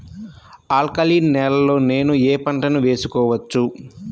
Alkaline నేలలో నేనూ ఏ పంటను వేసుకోవచ్చు?